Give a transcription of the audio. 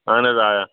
اہَن حظ آ